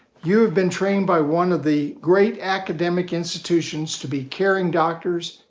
you have been trained by one of the great academic institutions to be caring doctors,